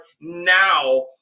now